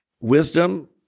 Wisdom